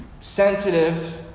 sensitive